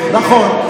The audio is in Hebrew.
נכון,